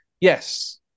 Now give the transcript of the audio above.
Yes